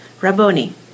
Rabboni